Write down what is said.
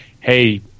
hey